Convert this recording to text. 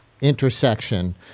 intersection